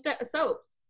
soaps